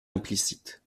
implicite